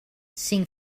cinc